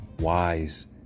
wise